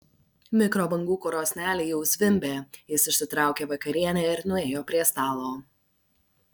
mikrobangų krosnelė jau zvimbė jis išsitraukė vakarienę ir nuėjo prie stalo